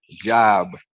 job